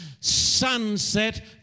sunset